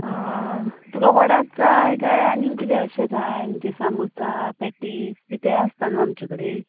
आं तुका वडात जाय काय आनीक किदें अशें जाय म्हणजे सामोसा पॅटीस बी तें आसता न्हू आमचे कडे